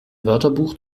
wörterbuch